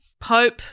Pope